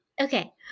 Okay